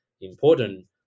important